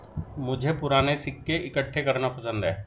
मुझे पूराने सिक्के इकट्ठे करना पसंद है